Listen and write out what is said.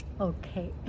okay